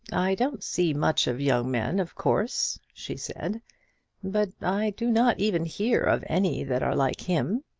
i don't see much of young men, of course, she said but i do not even hear of any that are like him.